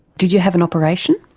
did you have an operation?